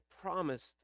promised